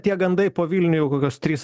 tie gandai po vilnių jau kokios trys